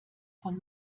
von